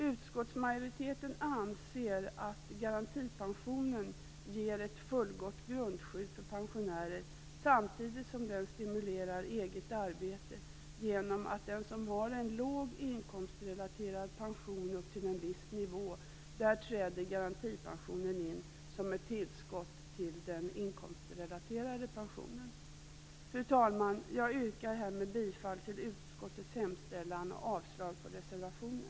Utskottsmajoriteten anser att garantipensionen ger ett fullgott grundskydd för pensionärer, samtidigt som den stimulerar eget arbete. Garantipensionen träder in som ett tillskott till den inkomstrelaterade pensionen för den som har en låg inkomstrelaterad pension upp till en viss nivå. Fru talman! Jag yrkar härmed bifall till utskottets hemställan och avslag på reservationen.